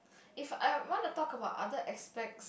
if I wanna talk about other aspects